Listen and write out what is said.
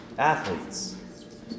Athletes